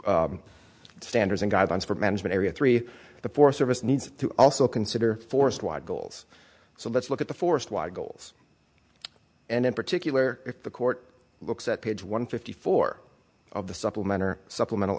specific standards and guidelines for management area three the forest service needs to also consider forest wide goals so let's look at the forest waggles and in particular if the court looks at page one fifty four of the supplement or supplemental